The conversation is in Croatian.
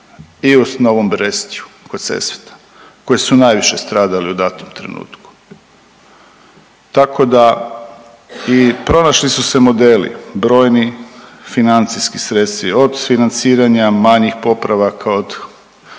i u Novom Brestju kod Sesveta koji su najviše stradali u datom trenutku. Tako da i pronašli su se modeli brojni, financijski sredstvi od financiranja manjih popravaka, od